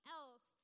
else